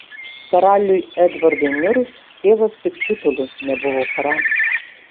karaliui edvardui mirus tėvas tik titulu nebuvo karalius